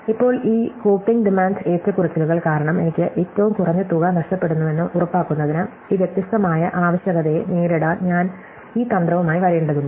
ഇപ്പോൾ ഈ coping demand ഏറ്റക്കുറച്ചിലുകൾ കാരണം എനിക്ക് ഏറ്റവും കുറഞ്ഞ തുക നഷ്ടപ്പെടുന്നുവെന്ന് ഉറപ്പാക്കുന്നതിന് ഈ വ്യത്യസ്തമായ ആവശ്യകതയെ നേരിടാൻ ഞാൻ ഈ തന്ത്രവുമായി വരേണ്ടതുണ്ട്